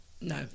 No